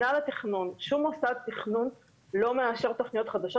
שום מוסד תכנון לא מאשר תוכניות חדשות